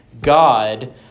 God